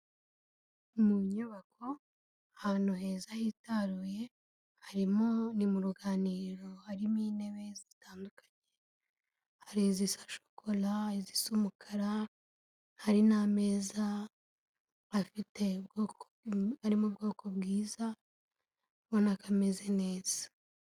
Mu nyubako ahantu heza hitaruye, harimo ni mu ruganiriro, harimo intebe zitandukanye, hari izisa shokora, izisa umukara, hari n'amezaza afite ubwo harimo ubwoko bwiza ubona ko kameze neza.